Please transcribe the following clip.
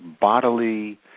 bodily